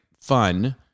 Fun